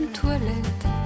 toilette